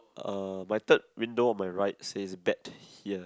uh my third window on my right says bet here